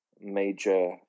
major